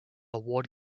award